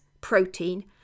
protein